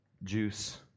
juice